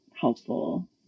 helpful